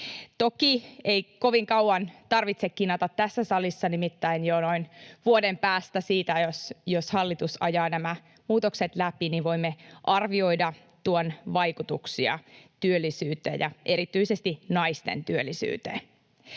Toki ei kovin kauan tarvitse kinata tässä salissa, nimittäin jo noin vuoden päästä siitä, jos hallitus ajaa nämä muutokset läpi, voimme arvioida tuon vaikutuksia työllisyyteen ja erityisesti naisten työllisyyteen.